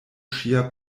sia